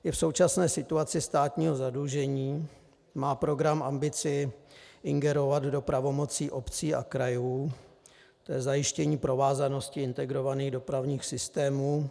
I v současné situaci státního zadlužení má program ambici ingerovat do pravomocí obcí a krajů, to je zajištění provázanosti integrovaných dopravních systémů.